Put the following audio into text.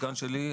הסגן שלי,